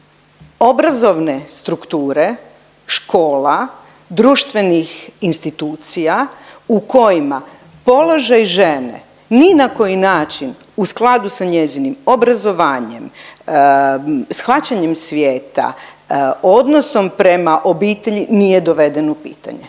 obrazovne strukture škola, društvenih institucija u kojima položaj žene ni na koji način u skladu s njezinim obrazovanjem, shvaćanjem svijeta, odnosom prema obitelji nije doveden u pitanje.